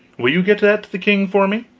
will you get that to the king for me?